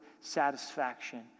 satisfaction